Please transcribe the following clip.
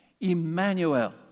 Emmanuel